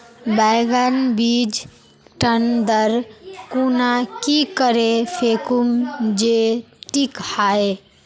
बैगन बीज टन दर खुना की करे फेकुम जे टिक हाई?